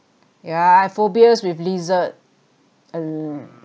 yeah I've phobias with lizard and